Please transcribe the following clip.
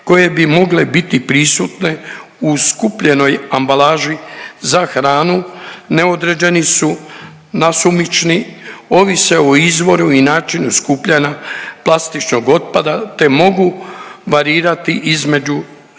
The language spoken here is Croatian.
koje bi mogle biti prisutne u skupljenoj ambalaži za hranu neodređeni su, nasumični, ovise o izvoru i načinu skupljanja plastičnog otpada te mogu varirati između